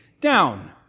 down